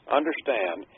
understand